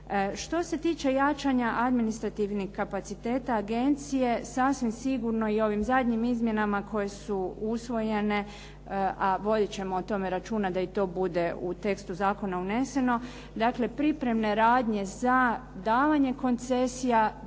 Što se tiče jačanja administrativnih kapaciteta agencije, sasvim sigurno i ovim zadnjim izmjenama koje su usvojene, a bolje ćemo o tome računati da i to bude u tekstu zakona uneseno, dakle pripremne radnje za davanje koncesija